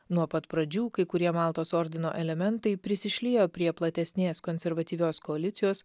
nuo pat pradžių kai kurie maltos ordino elementai prisišliejo prie platesnės konservatyvios koalicijos